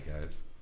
guys